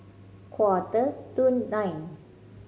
quarter to nine